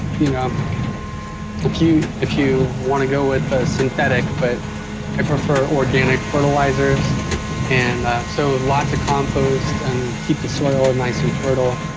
you know if you if you want to go with synthetic but i prefer organic fertilizers and so lots of compost and keep the soil and nice and fertile.